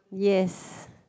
yes